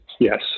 Yes